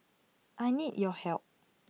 I need your help